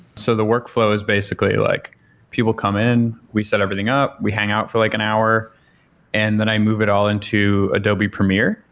so the workflow is basically like people come in, we set everything up, we hang out for like an hour and then i move it all into adobe premiere,